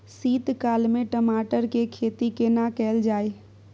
शीत काल में टमाटर के खेती केना कैल जाय?